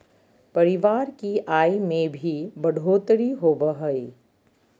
परिवार की आय में भी बढ़ोतरी होबो हइ